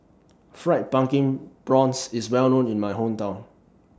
Fried Pumpkin Prawns IS Well known in My Hometown